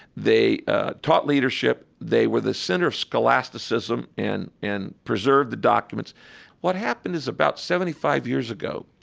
they taught leadership. they were the center of scholasticism and and preserved the documents what happened is about seventy five years ago,